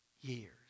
years